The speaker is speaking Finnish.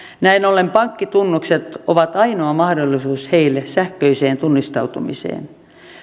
näin ollen pankkitunnukset ovat ainoa mahdollisuus heille sähköiseen tunnistautumiseen